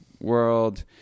world